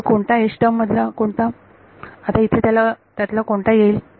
तर कोणता टर्म मधला कोणता आता इथे त्यातला कोणता येईल